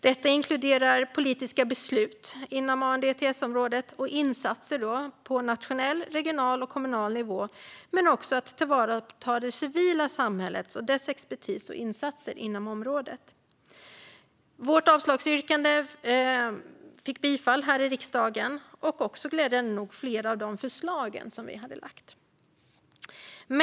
Detta inkluderar politiska beslut på ANDTS-området och insatser på nationell, regional och kommunal nivå men också att tillvarata det civila samhällets expertis och insatser inom området. Vårt avslagsyrkande fick bifall här i riksdagen. Det fick glädjande nog också flera av de förslag som vi hade lagt fram.